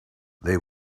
they